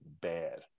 bad